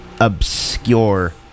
obscure